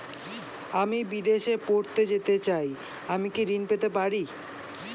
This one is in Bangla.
আমি বিদেশে পড়তে যেতে চাই আমি কি ঋণ পেতে পারি?